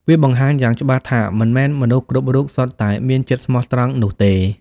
វាបង្ហាញយ៉ាងច្បាស់ថាមិនមែនមនុស្សគ្រប់រូបសុទ្ធតែមានចិត្តស្មោះត្រង់នោះទេ។